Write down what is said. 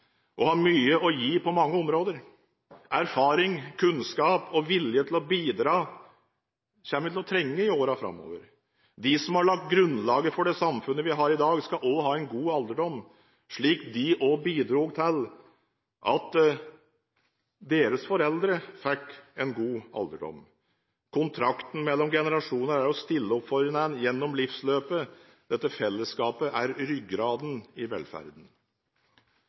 mye å gi på mange områder – erfaring, kunnskap og en vilje til å bidra som vi kommer til å trenge i årene framover. De som har lagt grunnlaget for det samfunnet vi har i dag, skal også ha en god alderdom, slik de også bidro til at deres foreldre fikk en god alderdom. Kontrakten mellom generasjonene er å stille opp for hverandre gjennom livsløpet. Dette fellesskapet er ryggraden i velferden.